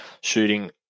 shooting